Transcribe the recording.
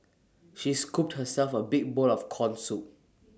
she scooped herself A big bowl of Corn Soup